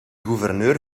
gouverneur